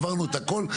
עברנו את הכל,